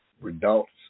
results